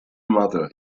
mother